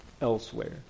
elsewhere